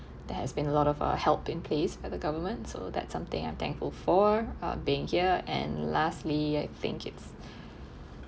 there has been a lot of uh help in place by the government so that something I'm thankful for uh being here and lastly I think it's